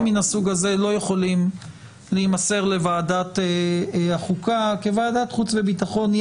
מהסוג הזה לא יכולים להימסר לוועדת החוקה כי ועדת חוץ וביטחון היא